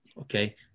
okay